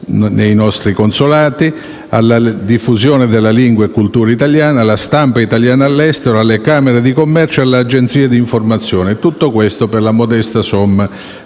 nei nostri consolati, alla diffusione della lingua e cultura italiana, alla stampa italiana all'estero, alle camere di commercio e alle agenzie di informazione; tutto questo per la modesta somma